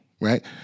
right